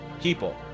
people